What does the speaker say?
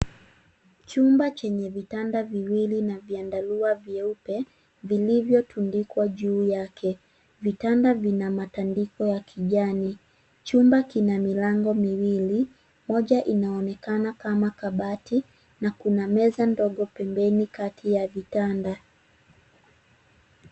Chumba chenye vitanda viwili na vyandarua vyeupe vilivyotundikwa juu yake. Vitanda vina matandiko ya kijani. Chumba kina milango miwili, moja inaonekana kama kabati na kuna meza ndogo pembeni kati ya vitanda.